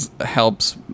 helps